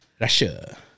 Russia